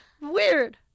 Weird